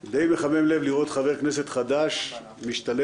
דיי מחמם לב לראות חבר כנסת חדש משתלט